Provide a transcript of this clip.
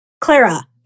Clara